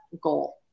goal